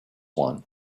one